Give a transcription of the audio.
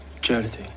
Charity